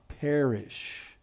perish